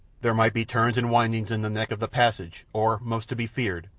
there might be turns and windings in the neck of the passage, or, most to be feared,